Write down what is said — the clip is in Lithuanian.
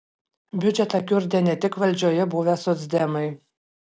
biudžetą kiurdė ne tik valdžioje buvę socdemai